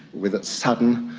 with its sudden,